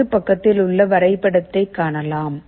வலது பக்கத்தில் உள்ள வரைபடத்தை காணலாம்